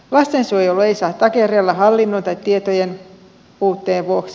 lastensuojelu ei saa takerrella hallinnon tai tietojen puutteen vuoksi